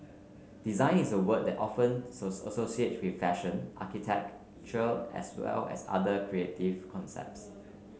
design is the word that often associated with fashion architecture as well as other creative concepts